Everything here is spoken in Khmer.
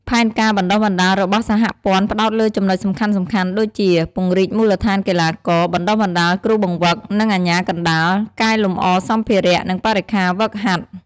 ផែនការបណ្តុះបណ្តាលរបស់សហព័ន្ធផ្តោតលើចំណុចសំខាន់ៗដូចជា ពង្រីកមូលដ្ឋានកីឡាករ បណ្តុះបណ្តាលគ្រូបង្វឹក និងអាជ្ញាកណ្តាល កែលម្អសម្ភារៈ និងបរិក្ខារហ្វឹកហាត់ ។